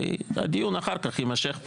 הדיון אחר כך יימשך פה,